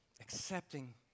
accepting